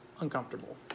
uncomfortable